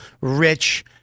rich